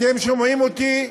אתם שומעים אותי?